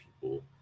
people